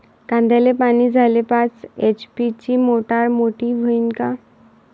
कांद्याले पानी द्याले पाच एच.पी ची मोटार मोटी व्हईन का?